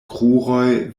kruroj